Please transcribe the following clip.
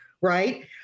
right